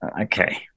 okay